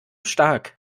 stark